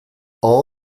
all